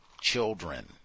children